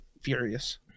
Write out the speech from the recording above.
furious